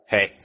Hey